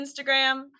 instagram